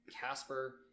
Casper